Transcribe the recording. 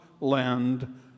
land